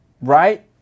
right